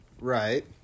Right